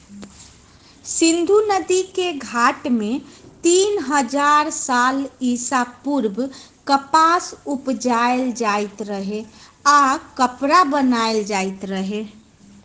सिंधु नदिके घाट में तीन हजार साल ईसा पूर्व कपास उपजायल जाइत रहै आऽ कपरा बनाएल जाइत रहै